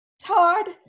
Todd